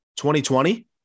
2020